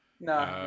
No